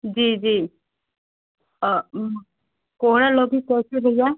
जी जी कोहरा लौकी कैसे भैया